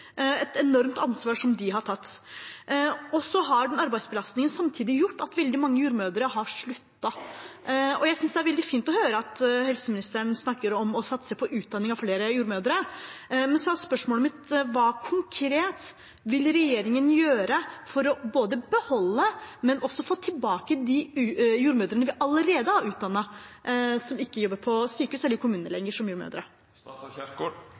et enormt ansvar de har tatt. Arbeidsbelastningen har samtidig gjort at veldig mange jordmødre har sluttet. Jeg synes det er veldig fint å høre at helseministeren snakker om å satse på utdanning av flere jordmødre, men så er spørsmålet mitt: Hva konkret vil regjeringen gjøre for både å beholde jordmødre og å få tilbake de jordmødrene som allerede er utdannet, men som ikke lenger jobber som jordmødre på sykehus eller i